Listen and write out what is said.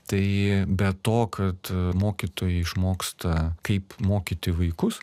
tai be to kad mokytojai išmoksta kaip mokyti vaikus